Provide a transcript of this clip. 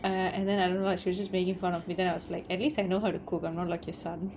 uh and then I don't know lah she was just making fun of me then I was like at least I know how to cook I'm not like your son